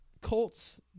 Colts